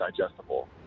digestible